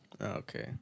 Okay